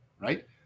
right